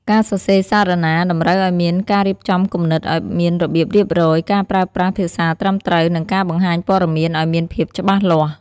ការសរសេរសារណាតម្រូវឲ្យមានការរៀបចំគំនិតឲ្យមានរបៀបរៀបរយ ការប្រើប្រាស់ភាសាត្រឹមត្រូវ និងការបង្ហាញព័ត៌មានឲ្យមានភាពច្បាស់លាស់។